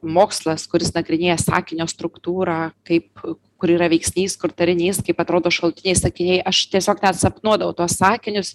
mokslas kuris nagrinėja sakinio struktūrą kaip kur yra veiksnys kur tarinys kaip atrodo šalutiniai sakiniai aš tiesiog net sapnuodavau tuos sakinius